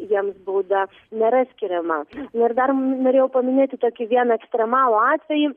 jiems bauda nėra skiriama ir dar norėjau paminėti tokį vieną ekstremalų atvejį